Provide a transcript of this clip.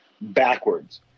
backwards